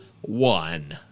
one